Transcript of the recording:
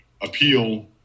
appeal